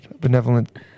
Benevolent